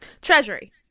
Treasury